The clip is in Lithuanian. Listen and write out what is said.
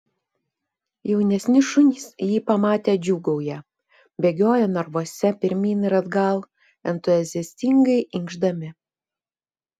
jaunesni šunys jį pamatę džiūgauja bėgioja narvuose pirmyn ir atgal entuziastingai inkšdami